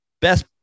Best